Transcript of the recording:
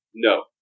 No